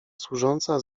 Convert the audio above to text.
służąca